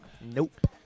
Nope